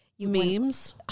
Memes